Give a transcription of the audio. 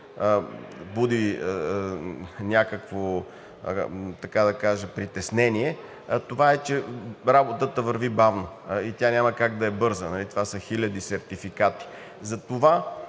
буди някакво, така да кажа, притеснение, това е, че работата върви бавно и тя няма как да е бърза, това са хиляди сертификати.